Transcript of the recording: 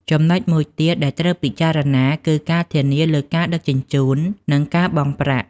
ចំណុចមួយទៀតដែលត្រូវពិចារណាគឺការធានាលើការដឹកជញ្ជូននិងការបង់ប្រាក់។